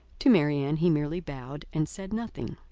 to marianne, he merely bowed and said nothing.